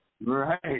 Right